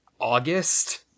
August